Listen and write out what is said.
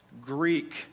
greek